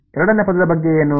ಎರಡನೇ ಪದದ ಬಗ್ಗೆ ಏನು